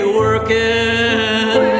working